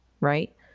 right